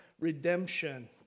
redemption